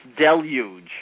deluge